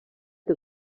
que